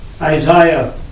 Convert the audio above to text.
Isaiah